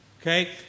okay